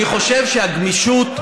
אני חושב שהגמישות,